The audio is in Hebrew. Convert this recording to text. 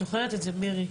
את זוכרת את זה, מירי?